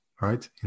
right